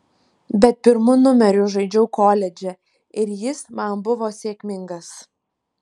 bet pirmu numeriu žaidžiau koledže ir jis man buvo sėkmingas